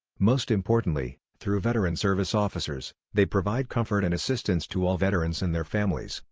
most importantly, through veteran service officers, they provide comfort and assistance to all veterans and their families,